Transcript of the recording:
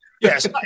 Yes